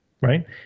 Right